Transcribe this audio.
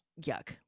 yuck